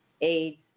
AIDS